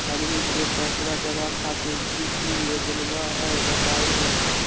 हमनी के पैसवा जमा खातीर की की योजना हई बतहु हो?